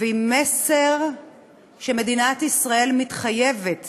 ועם מסר שמדינת ישראל מתחייבת